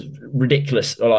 ridiculous